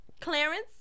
Clarence